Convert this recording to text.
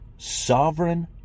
sovereign